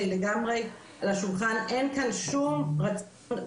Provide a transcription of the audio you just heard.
אין כאן שום רצון,